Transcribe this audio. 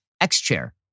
X-Chair